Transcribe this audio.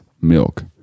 milk